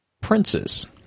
princes